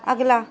اگلا